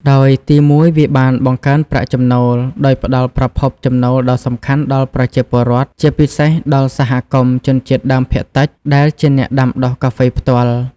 ដោយទីមួយ វាបាន បង្កើនប្រាក់ចំណូល ដោយផ្តល់ប្រភពចំណូលដ៏សំខាន់ដល់ប្រជាពលរដ្ឋ ជាពិសេសដល់សហគមន៍ជនជាតិដើមភាគតិច ដែលជាអ្នកដាំដុះកាហ្វេផ្ទាល់។